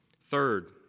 Third